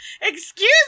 Excuse